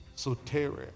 soteria